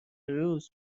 روز